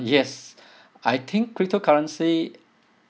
yes I think cryptocurrency